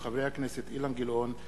הצעתם של חברי הכנסת אילן גילאון,